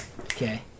Okay